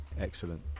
Excellent